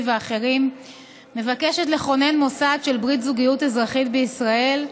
ואחרים מבקשת לכונן מוסד של "ברית זוגיות אזרחית" בישראל,